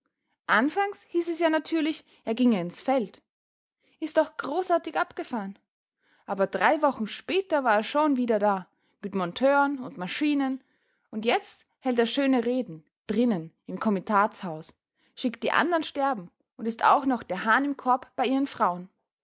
anfangs hieß es ja natürlich er ginge ins feld ist auch großartig abgefahren aber drei wochen später war er schon wieder da mit monteuren und maschinen und jetzt hält er schöne reden drinnen im komitatshaus schickt die andern sterben und ist auch noch der hahn im korb bei ihren frauen